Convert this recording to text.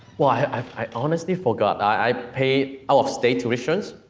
well, i've, i honestly forgot. i paid out-of-state tuition,